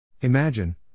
Imagine